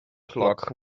clock